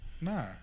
Nah